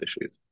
issues